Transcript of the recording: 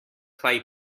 play